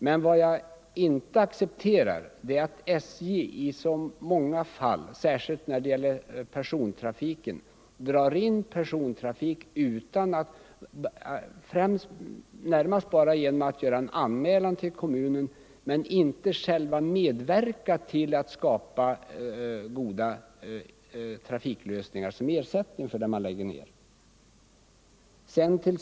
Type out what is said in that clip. Men vad jag inte accepterar är att SJ i så många fall, speciellt när det gäller persontrafiken, drar in trafik och bara gör en anmälan till kommunen om detta och att SJ inte självt medverkar till att skapa goda trafiklösningar som ersättning för den trafik som läggs ned.